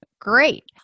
great